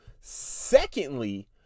Secondly